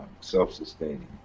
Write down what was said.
self-sustaining